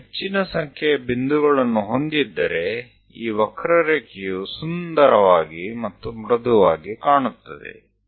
ನಾವು ಹೆಚ್ಚಿನ ಸಂಖ್ಯೆಯ ಬಿಂದುಗಳನ್ನು ಹೊಂದಿದ್ದರೆ ಈ ವಕ್ರರೇಖೆಯು ಸುಂದರವಾಗಿ ಮತ್ತು ಮೃದುವಾಗಿ ಕಾಣುತ್ತದೆ